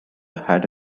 had